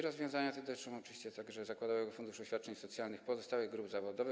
Rozwiązania te dotyczą oczywiście także zakładowego funduszu świadczeń socjalnych pozostałych grup zawodowych.